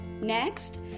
Next